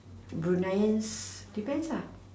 Bruneians depends ah